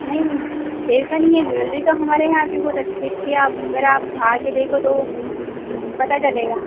नहीं ऐसा नहीं है ज्वेलरी तो हमारे यहाँ भी बहुत अच्छी अच्छी है आप अगर आप आकर देखो तो पता चलेगा